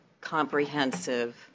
comprehensive